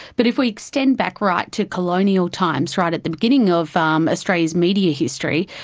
but if we extend back right to colonial times, right at the beginning of um australia's media history,